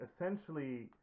essentially